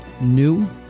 new